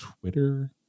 twitter